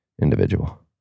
individual